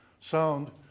sound